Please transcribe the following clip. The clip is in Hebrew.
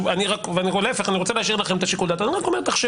להפך, אני רוצה להשאיר לכם את זה.